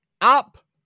Up